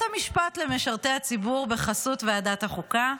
המשפט למשרתי ציבור בחסות ועדת החוקה.